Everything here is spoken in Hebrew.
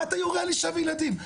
מה אתה יורה על אישה וילדים,